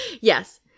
Yes